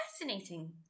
fascinating